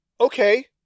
okay